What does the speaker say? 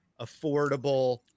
affordable